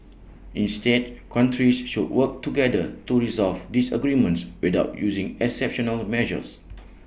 instead countries should work together to resolve disagreements without using exceptional measures